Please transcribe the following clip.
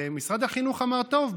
ומשרד החינוך אמר: טוב,